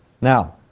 Now